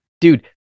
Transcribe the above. Dude